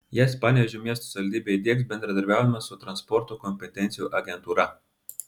jas panevėžio miesto savivaldybė įdiegs bendradarbiaudama su transporto kompetencijų agentūra